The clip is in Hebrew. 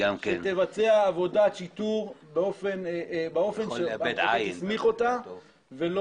שתבצע עבודת שיטור באופן שהמחוקק הסמיך אותה ולא